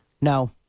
No